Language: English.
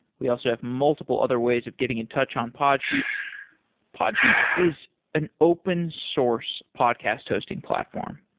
we also have multiple other ways of getting in touch on podsheets podsheets is an open source podcast hosting platform.